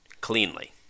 cleanly